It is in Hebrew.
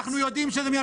אנחנו יודעים שזה מ-2018.